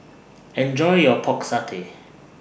Enjoy your Pork Satay